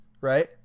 right